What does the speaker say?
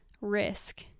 risk